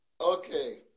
Okay